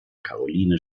karoline